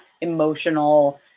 emotional